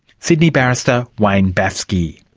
sydney barrister wayne baffsky.